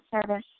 service